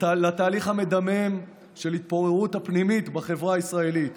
לתהליך המדמם של ההתפוררות, פעם ראשונה